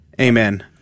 Amen